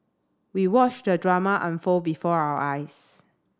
we watched the drama unfold before our eyes